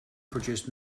produced